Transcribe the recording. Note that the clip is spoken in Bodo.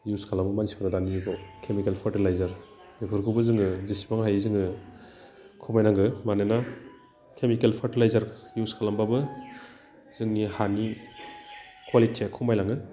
इउस खालामो मानसिफोरा दानि जुगाव केमिकेल फार्टिलाइजार बेफोरखौबो जोङो जिसिबां हायो जोङो खमायनांगो मानोना केमिकेल फार्टिलाइजार इउस खालामबाबो जोंनि हानि कुवालिटिया खमाय लाङो